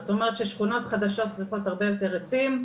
זאת אומרת, ששכונות חדשות צריכות הרבה יותר עצים.